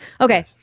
Okay